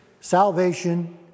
salvation